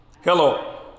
hello